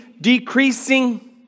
decreasing